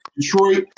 Detroit